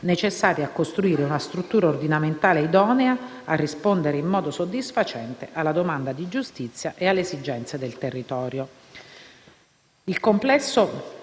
necessari a costruire una struttura ordinamentale idonea a rispondere in modo soddisfacente alla domanda di giustizia e alle esigenze del territorio.